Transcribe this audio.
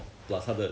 ya ya